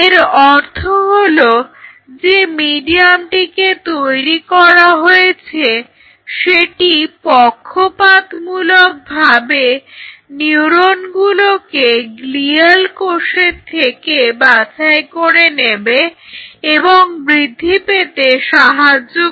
এর অর্থ হলো যে মিডিয়ামটিকে তৈরি করা হয়েছে সেটি পক্ষপাতমূলকভাবে নিউরনগুলোকে গ্লিয়াল কোষের থেকে বাছাই করে নেবে এবং বৃদ্ধি পেতে সাহায্য করবে